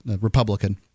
Republican